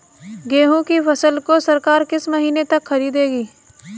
गेहूँ की फसल को सरकार किस महीने तक खरीदेगी?